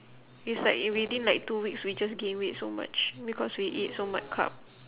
it's like in within like two weeks we just gain weight so much because we eat so much carb